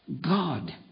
God